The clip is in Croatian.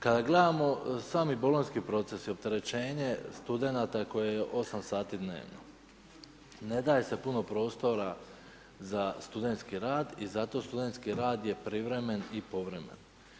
Kad gledamo sami bolonjski proces i opterećenje studenata koje je 8 sati dnevno, ne daje se puno prostora za studentski rad i zato studentski rad je privremen i povremen.